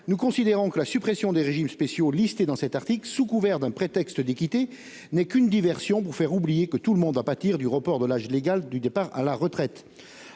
je considère que la suppression des régimes spéciaux visés par cet article n'est, sous couvert d'un prétexte d'équité, qu'une diversion pour faire oublier que tout le monde va pâtir du report de l'âge légal de départ à la retraite.